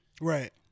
Right